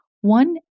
One